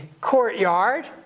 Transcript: courtyard